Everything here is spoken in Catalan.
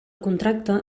contracte